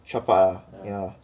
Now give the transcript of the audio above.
shot put ah yeah